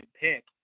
pick